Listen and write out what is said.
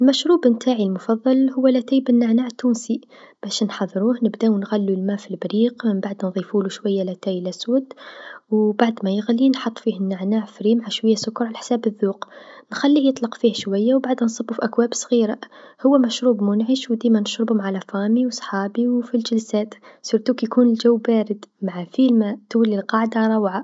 المشروب نتاعي المفضل هو لتاي بالنعناع التونسي باش نحضروه نبداو نغلو الما في البريق منبعدا نضيفولو شويا لتاي لسود و بعد ما غيلي نحط فيه النعناع فريم مع شويا سكر على حساب الذوق، نخليه يطلق فيه شويا بعدها نصبو في أكواب صغيره هو مشروب منعش و ديما نشربو مع لعايله و صحابي و في الجلسات و خاصة مين يكون الجو بارد مع الفيلم تولي القعده روعه.